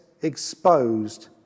exposed